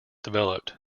developed